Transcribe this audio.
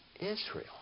Israel